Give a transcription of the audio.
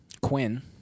Quinn